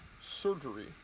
surgery